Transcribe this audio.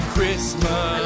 Christmas